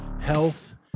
health